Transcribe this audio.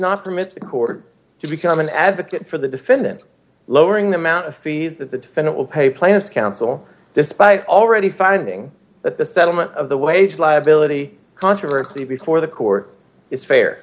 not permit court to become an advocate for the defendant lowering the amount of fees that the defendant will pay plaintiffs counsel despite already finding that the settlement of the wage liability controversy before the court is fair